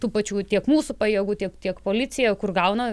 tų pačių tiek mūsų pajėgų tiek tiek policija kur gauna